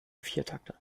viertakter